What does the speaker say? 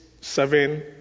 seven